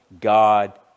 God